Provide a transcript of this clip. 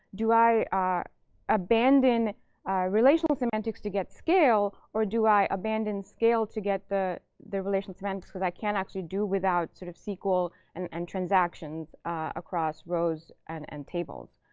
do i ah abandon relational semantics to get scale, or do i abandon scale to get the relational semantics because i can't actually do without sort of sql and and transactions across rows and and tables?